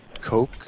Coke